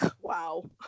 Wow